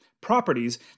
properties